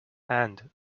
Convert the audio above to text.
and